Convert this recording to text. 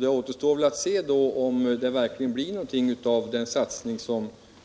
Det återstår väl att se, om det verkligen blir någonting av den satsning